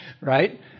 right